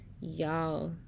Y'all